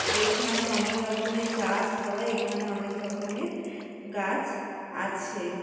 এখানে অনেক রকমের চাষ হয় এখানে অনেক রকমের গাছ আছে